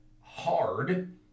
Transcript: hard